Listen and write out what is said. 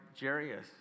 Jarius